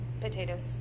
Potatoes